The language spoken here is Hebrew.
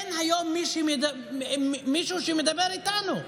אין היום מישהו שמדבר איתנו.